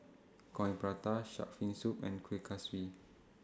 Coin Prata Shark's Fin Soup and Kueh Kaswi